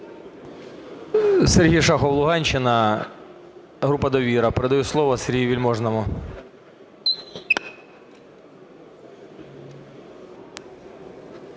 Сергій Шахов, Луганщина, група "Довіра". Передаю слово Сергію Вельможному.